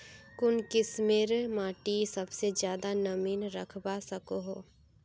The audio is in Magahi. कुन किस्मेर माटी सबसे ज्यादा नमी रखवा सको हो?